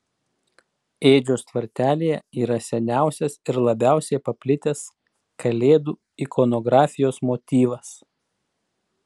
ėdžios tvartelyje yra seniausias ir labiausiai paplitęs kalėdų ikonografijos motyvas